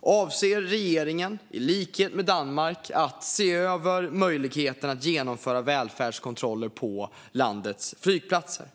Avser regeringen, i likhet med Danmark, att se över möjligheten att genomföra välfärdskontroller på landets flygplatser?